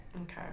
okay